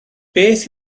beth